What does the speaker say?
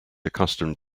accustomed